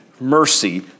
mercy